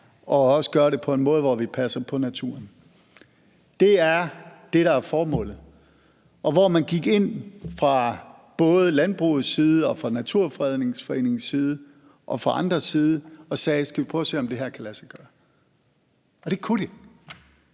og også gør det på en måde, hvor vi passer på naturen – det er det, der er formålet – og hvor man gik ind fra både landbrugets side og fra Naturfredningsforeningens side og fra andre sider og sagde: Skal vi prøve at se, om det her kan lade sig gøre? Og det kunne det.